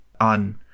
on